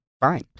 fine